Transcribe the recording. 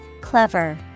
Clever